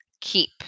keep